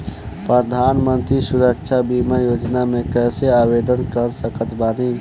प्रधानमंत्री सुरक्षा बीमा योजना मे कैसे आवेदन कर सकत बानी?